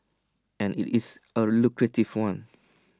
and IT is A lucrative one